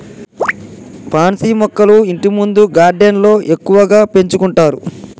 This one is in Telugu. పాన్సీ మొక్కలు ఇంటిముందు గార్డెన్లో ఎక్కువగా పెంచుకుంటారు